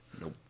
Nope